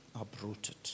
uprooted